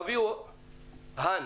אביהו האן